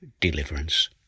deliverance